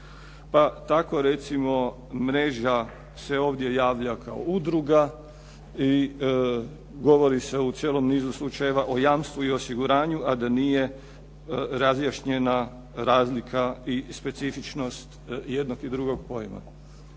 pa tako recimo mreža se ovdje javlja kao udruga i govori se o cijelom nizu slučajeva o jamstvu i osiguranju a da nije razjašnjena razlika i specifičnost jednog i drugog pojma.